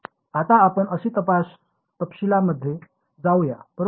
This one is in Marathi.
आता आपण काही तपशीलांमध्ये जाऊया बरोबर